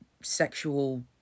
sexual